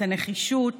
את הנחישות